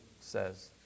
says